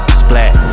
splat